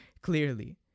clearly